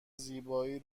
زیبایی